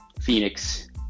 Phoenix